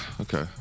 okay